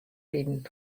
riden